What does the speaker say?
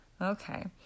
Okay